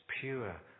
pure